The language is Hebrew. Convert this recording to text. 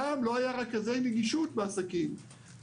פעם לא היו רכזי נגישות בארגונים,